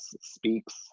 Speaks